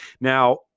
Now